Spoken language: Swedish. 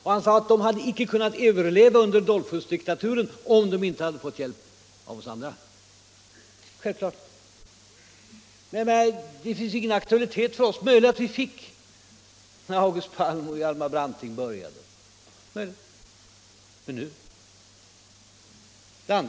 Han sade att man inte hade kunnat överleva under Dollfussdiktaturen om man inte hade fått hjälp från oss andra. I Sverige fick socialdemokratin möjligen hjälp när August Palm och Hjalmar Branting började sin politiska bana.